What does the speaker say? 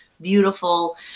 beautiful